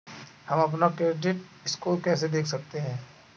हम अपना credit score कैसे देख सकते हैं?